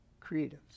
creatives